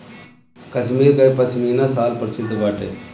कश्मीर कअ पशमीना शाल प्रसिद्ध बाटे